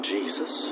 Jesus